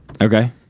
okay